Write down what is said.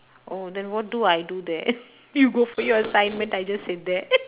oh then what do I do there you go for your assignment I just sit there